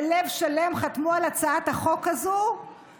בלב שלם חתמו על הצעת החוק הזאת,